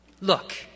Look